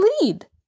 lead